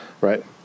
Right